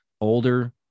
older